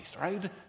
right